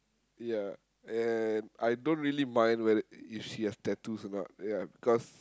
ya and I don't really mind whether if she have tattoos or not ya because